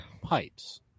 pipes